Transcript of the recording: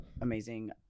amazing